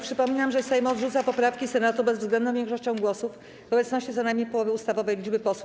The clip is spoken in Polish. Przypominam, że Sejm odrzuca poprawki Senatu bezwzględną większością głosów w obecności co najmniej połowy ustawowej liczby posłów.